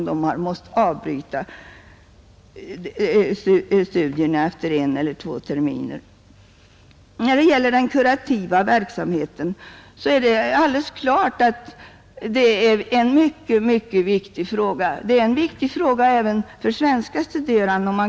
Det är alldeles klart att den kurativa verksamheten är mycket viktig. Den är viktig även för svenska studerande.